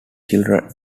children